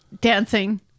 dancing